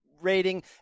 rating